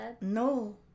No